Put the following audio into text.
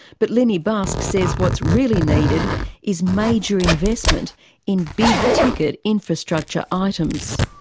but lynnie busk says what's really needed is major investment in big-ticket infrastructure items.